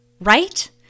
Right